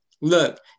look